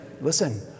listen